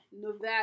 Nevada